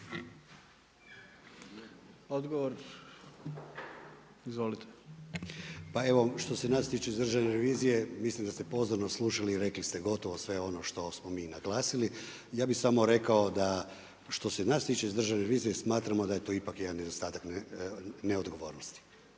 **Klešić, Ivan** Pa evo što se nas tiče iz Državne revizije mislim da ste pozorno slušali i rekli ste gotovo sve ono što smo mi naglasili. Ja bih samo rekao da što se nas tiče iz Državne revizije smatramo da je to ipak jedan nedostatak neodgovornosti.